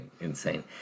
insane